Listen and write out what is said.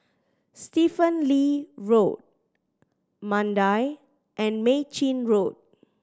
Stephen Lee Road Mandai and Mei Chin Road